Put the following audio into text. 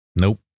Nope